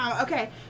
Okay